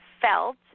felt